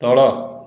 ତଳ